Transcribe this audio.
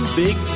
big